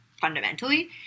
fundamentally